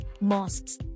mosques